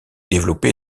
développé